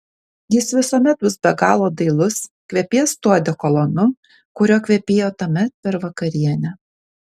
jis visuomet bus be galo dailus kvepės tuo odekolonu kuriuo kvepėjo tuomet per vakarienę